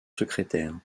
secrétaire